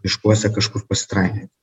miškuose kažkur pasitrainioju